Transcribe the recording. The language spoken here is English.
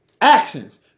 actions